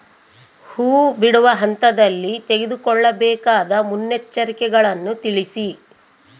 ಹೂ ಬಿಡುವ ಹಂತದಲ್ಲಿ ತೆಗೆದುಕೊಳ್ಳಬೇಕಾದ ಮುನ್ನೆಚ್ಚರಿಕೆಗಳನ್ನು ತಿಳಿಸಿ?